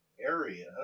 area